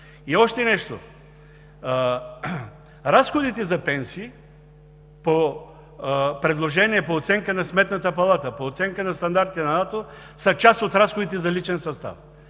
И още нещо, разходите за пенсии по предложение, по оценка на Сметната палата, по оценка на стандартите на НАТО, са част от разходите за личен състав.